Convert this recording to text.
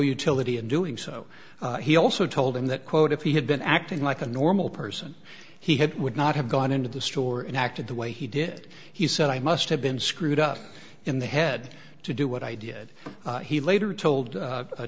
utility in doing so he also told him that quote if he had been acting like a normal person he had would not have gone into the store and acted the way he did he said i must have been screwed up in the head to do what i did he later told